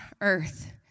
earth